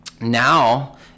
now